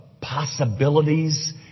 possibilities